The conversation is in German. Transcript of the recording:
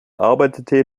arbeitete